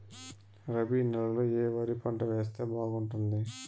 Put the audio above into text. రబి నెలలో ఏ వరి పంట వేస్తే బాగుంటుంది